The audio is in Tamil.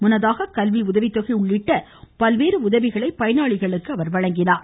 முன்னதாக கல்வி உதவித்தொகை உள்ளிட்ட உதவிகளை பயனாளிகளுக்கு அவர் வழங்கினார்